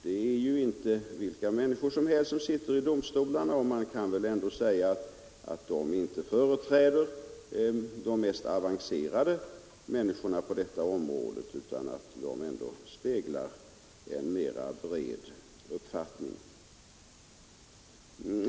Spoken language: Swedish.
Det är ju inte vilka personer som helst som sitter i domstolarna, och man kan väl säga att de inte företräder de mest avancerade kretsarna på detta område utan att de speglar en mera bred uppfattning.